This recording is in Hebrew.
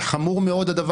הדבר הזה חמור מאוד.